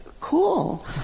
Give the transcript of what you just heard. Cool